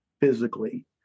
physically